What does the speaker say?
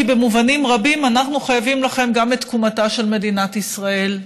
כי במובנים רבים אנחנו חייבים לכם גם את תקומתה של מדינת ישראל.